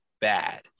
bad